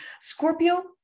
Scorpio